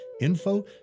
info